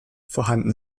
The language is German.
vorhanden